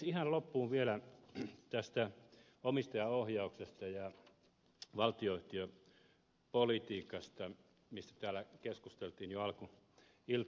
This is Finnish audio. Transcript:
ihan loppuun vielä tästä omistajaohjauksesta ja valtionyhtiöpolitiikasta mistä täällä keskusteltiin jo alkuiltapäivästä